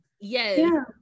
Yes